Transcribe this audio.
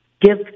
give